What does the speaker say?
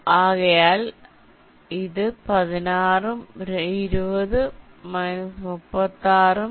ആകയാൽ ഇത് 16 ഉം 20 36 ഉം ഇത് 24 ഉം ആണ്